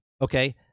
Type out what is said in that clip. Okay